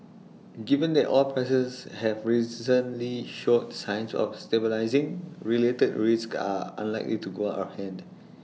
given that oil prices have recently showed signs of stabilising related risks are unlikely to go out of hand